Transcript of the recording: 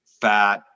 fat